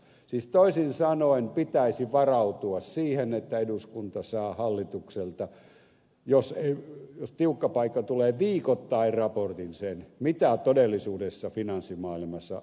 siis toisin sanoen pitäisi varautua siihen että eduskunta saa hallitukselta jos tiukka paikka tulee viikoittain raportin siitä mitä todellisuudessa finanssimaailmassa maapallolla tapahtuu